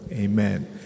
Amen